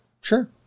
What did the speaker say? Sure